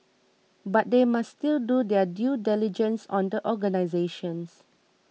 but they must still do their due diligence on the organisations